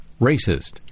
racist